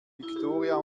viktoria